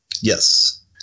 Yes